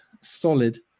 solid